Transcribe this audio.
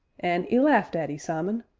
an' e laughed at ee, simon.